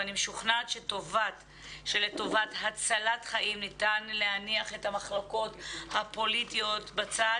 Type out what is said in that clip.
ואני משוכנעת שלטובת הצלת חיים ניתן להניח את המחלוקות הפוליטיות בצד